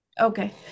Okay